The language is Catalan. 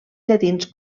llatins